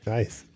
Nice